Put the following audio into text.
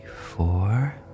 four